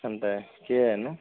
ଏମିତିଆ କିଏ ଏନୁ